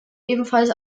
ebenfalls